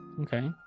Okay